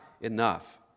enough